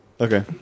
Okay